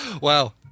Wow